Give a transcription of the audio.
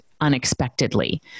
unexpectedly